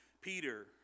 Peter